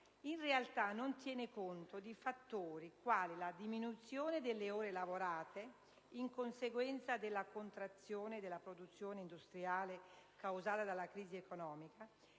in realtà non tiene conto di fattori quali la diminuzione delle ore lavorate in conseguenza della contrazione della produzione industriale causata dalla crisi economica